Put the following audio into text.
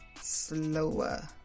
Slower